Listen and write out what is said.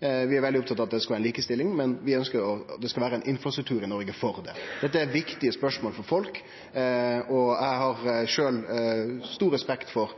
Vi er veldig opptatt av at det skal vere likestilling, men vi ønskjer at det skal vere ein infrastruktur i Noreg for det. Dette er viktige spørsmål for folk. Eg har sjølv stor respekt for